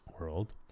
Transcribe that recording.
world